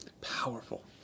Powerful